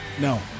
No